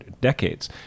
decades